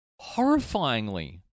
horrifyingly